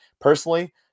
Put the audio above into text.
Personally